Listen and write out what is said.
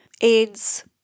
AIDS